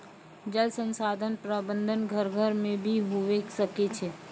जल संसाधन प्रबंधन घर घर मे भी हुवै सकै छै